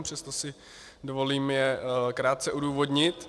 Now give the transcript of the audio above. Přesto si dovolím je krátce odůvodnit.